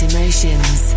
Emotions